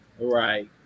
right